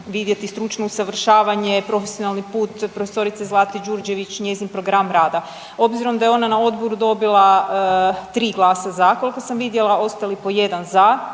vidjeti stručno usavršavanje, profesionalni put prof. Zlate Đurđević, njezin program rada. Obzirom da je ona na odboru dobila 3 glasa za, ostali po jedan za